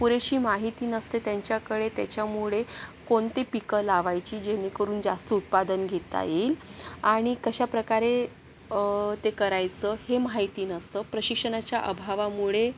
पुरेशी माहिती नसते त्यांच्याकडे तेच्यामुळे कोनती पिकं लावायची जेनेकरून जास्त उत्पादन घेता येईल आणि कशाप्रकारे ते करायचं हे माहिती नसतं प्रशिक्षणाच्या अभावामुळे